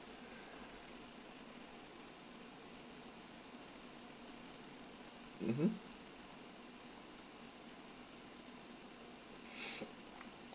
mmhmm